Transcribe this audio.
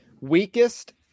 Weakest